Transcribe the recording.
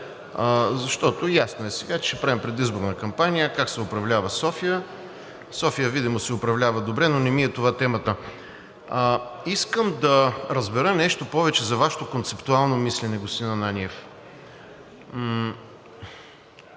защото, ясно е сега, че ще правим предизборна кампания как се управлява София. София видимо се управлява добре, но не ми е това темата. Искам да разбера нещо повече за Вашето концептуално мислене, господин Ананиев.